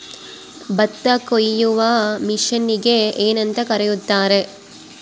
ಭತ್ತ ಕೊಯ್ಯುವ ಮಿಷನ್ನಿಗೆ ಏನಂತ ಕರೆಯುತ್ತಾರೆ?